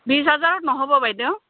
বিছ হেজাৰত নহ'ব বাইদেউ